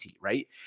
right